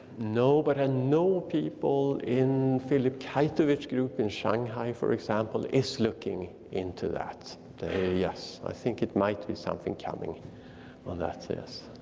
no, but i ah know people in philipp khaitovich's group in shanghai, for example, is looking into that. yes, i think it might be something coming on that, yes.